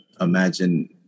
imagine